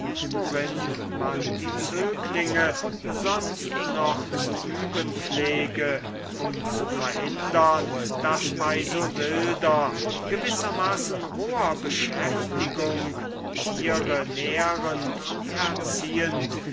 worin man die zöglinge sonst noch zu üben pflege um zu verhindern daß bei so wilder gewissermaßen roher beschäftigung tiere nährend und erziehend